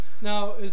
Now